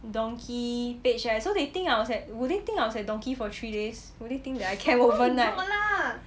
donki page leh so they think I was at would they think I was at donki for three days would they think that I camp ovenight